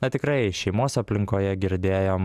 na tikrai šeimos aplinkoje girdėjom